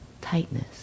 tightness